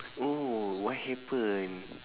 oh what happened